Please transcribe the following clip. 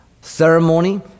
ceremony